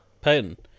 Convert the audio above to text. Payton